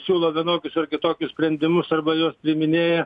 siūlo vienokius ar kitokius sprendimus arba juos priiminėja